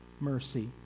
Mercy